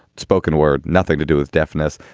spoken word. nothing to do with deafness.